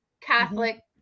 Catholic